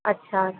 अच्छा अच्छा